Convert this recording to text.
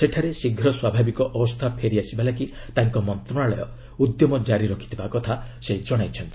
ସେଠାରେ ଶୀଘ୍ର ସ୍ୱାଭାବିକ ଅବସ୍ଥା ଫେରିଆସିବା ଲାଗି ତାଙ୍କ ମନ୍ତ୍ରଣାଳୟ ଉଦ୍ୟମ କରିବା କଥା ସେ ଜଣାଇଛନ୍ତି